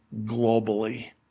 globally